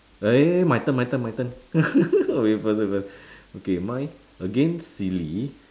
eh my turn my turn my turn wait first wait first okay mine again silly